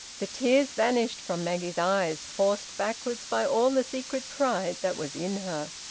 the tears vanished from maggie's eyes, forced backwards by all the secret pride that was in her.